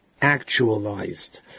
Actualized